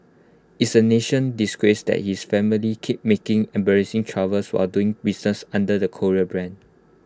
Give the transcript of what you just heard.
it's A national disgrace that this family keeps making embarrassing troubles while doing business under the Korea brand